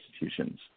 institutions